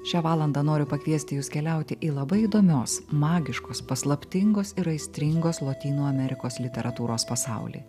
šią valandą noriu pakviesti jus keliauti į labai įdomios magiškos paslaptingos ir aistringos lotynų amerikos literatūros pasaulį